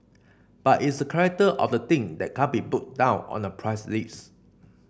but is the character of the thing that can't be put down on a price list